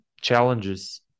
challenges